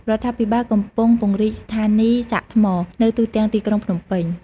រដ្ឋាភិបាលកំពុងពង្រីកស្ថានីយ៍សាកថ្ម នៅទូទាំងទីក្រុងភ្នំពេញ។